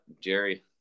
Jerry